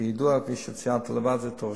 כידוע, כפי שציינת, זה תורשתי.